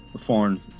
foreign